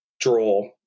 draw